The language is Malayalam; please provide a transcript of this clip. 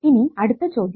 ഇനി അടുത്ത ചോദ്യം